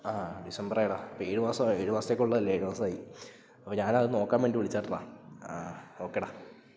ആ ഡിസംബറായടാ അപ്പോൾ ഏഴ് മാസായി ഏഴ് മാസത്തേക്കുള്ളതല്ലേ ഏഴ് മാസമായി അപ്പം ഞാനത് നോക്കാൻ വേണ്ടി വിളിച്ചതാട്ടോ ആഹ് ഓക്കെ